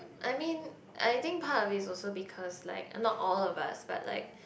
I mean I think part of it is also because like not all of us but like